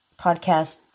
podcast